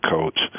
coach